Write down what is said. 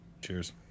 cheers